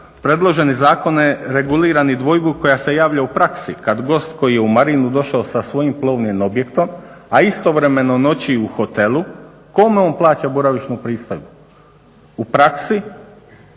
predložene zakone regulirani dvojbu koja se javlja u praksi kad gost koji je u Marinu došao sa svojim plovnim objektom a istovremeno noći u hotelu, kome on plaća boravišnu pristojbu, u praksi